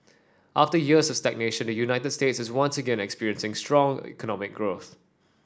after years of stagnation the United States is once again experiencing strong economic growth